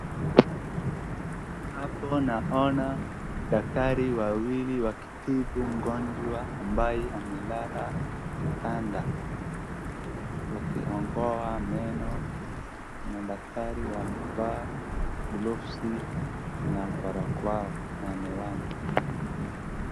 Hapo naona daktari wawili wakitibu mgonjwa ambaye amelala kitanda. Wakiong'oa meno na daktari wamevaa gloves na barakoa na miwani.